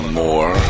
more